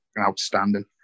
outstanding